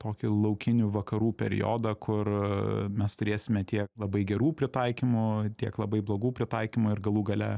tokį laukinių vakarų periodą kur mes turėsime tiek labai gerų pritaikymų tiek labai blogų pritaikymų ir galų gale